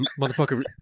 Motherfucker